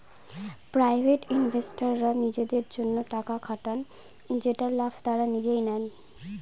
private ইনভেস্টররা নিজেদের জন্য টাকা খাটান যেটার লাভ তারা নিজেই নেয়